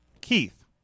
Keith